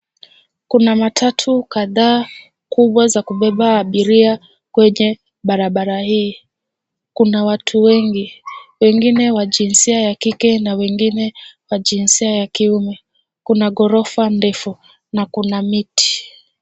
Kuna matatu kadhaa kubwa za kubeba abiria kwenye barabara hii. Kuna watu wengi. Wengine wa jinsia ya kike na wengine wa jinsia ya kiume. Kuna ghorofa ndefu, na kuna miti.